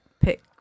pick